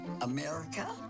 America